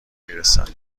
میرسد